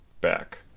back